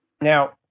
Now